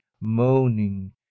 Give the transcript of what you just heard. moaning